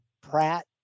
Pratt